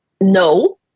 No